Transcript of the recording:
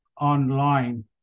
online